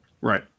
Right